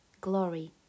glory